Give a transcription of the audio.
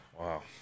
Wow